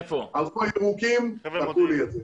הלכו הירוקים, תקעו לי את זה.